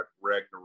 Ragnarok